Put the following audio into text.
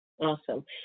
Awesome